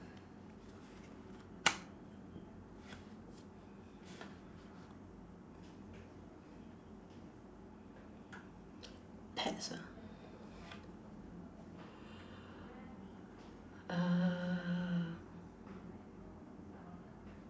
pets ah uh